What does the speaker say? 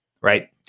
right